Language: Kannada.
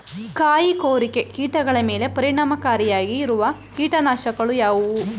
ಕಾಯಿಕೊರಕ ಕೀಟಗಳ ಮೇಲೆ ಪರಿಣಾಮಕಾರಿಯಾಗಿರುವ ಕೀಟನಾಶಗಳು ಯಾವುವು?